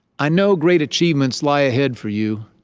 i know great achievements lie ahead for you.